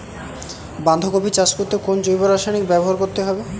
বাঁধাকপি চাষ করতে কোন জৈব রাসায়নিক ব্যবহার করতে হবে?